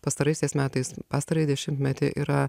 pastaraisiais metais pastarąjį dešimtmetį yra